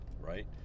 right